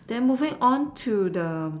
then moving on to the